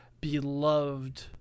beloved